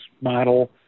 model